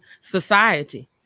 society